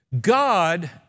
God